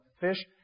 fish